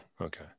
Okay